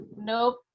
Nope